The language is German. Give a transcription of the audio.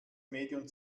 medium